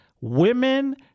women